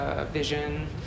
vision